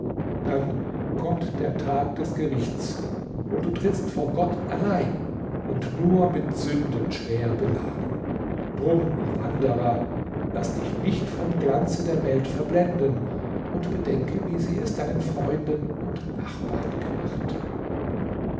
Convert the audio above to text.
dann kommt der tag des gerichts und du trittst vor gott allein und nur mit sünden schwer beladen drum o wanderer laß dich nicht vom glanze der welt verblenden und bedenke wie sie es deinen freunden und nachbarn gemacht